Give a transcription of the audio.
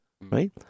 right